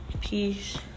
Peace